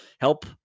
help